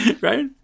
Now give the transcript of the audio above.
Right